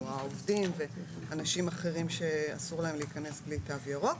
כלומר עובדים ואנשים אחרים שאסור להם להיכנס בלי תו ירוק.